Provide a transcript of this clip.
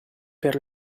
per